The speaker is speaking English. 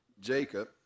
Jacob